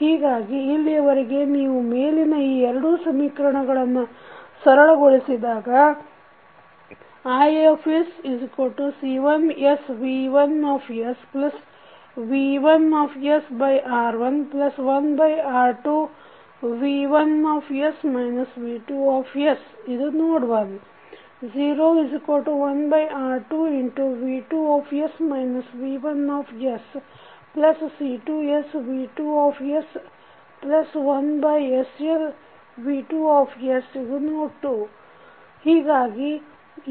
ಹೀಗಾಗಿ ಇಲ್ಲಿಯವರೆಗೆ ನೀವು ಮೇಲಿನ ಈ ಎರಡು ಸಮೀಕರಣಗಳನ್ನು ಸರಳಗೊಳಿಸಿದಾಗ IsC1sV1sV1sR11R2V1s V2sNode1 01R2V2s V1sC2sV2s1sLV2Node2 ಹೀಗಾಗಿ